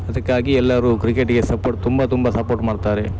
ಅದಕ್ಕಾಗಿ ಎಲ್ಲರು ಕ್ರಿಕೆಟಿಗೆ ಸಪೋರ್ಟ್ ತುಂಬ ತುಂಬ ಸಪೋರ್ಟ್ ಮಾಡ್ತಾರೆ